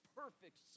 perfect